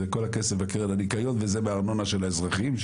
זה כל הכסף בקרן הניקיון וזה מארנונה של האזרחים,